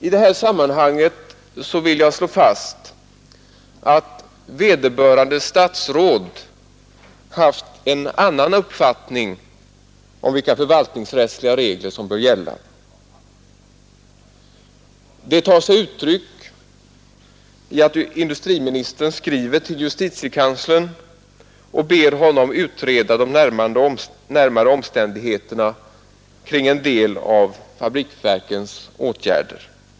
I det här sammanhanget vill jag slå fast att vederbörande statsråd haft en annan uppfattning om vilka förvaltningsrättsliga regler som bör gälla. Det tar sig uttryck i att industriministern skriver till justitiekanslern och ber denne utreda de närmare omständigheterna kring en del av fabriksverkens åtgärder.